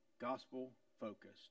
gospel-focused